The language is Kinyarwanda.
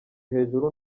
hejuru